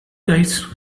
guys